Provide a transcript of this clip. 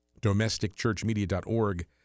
domesticchurchmedia.org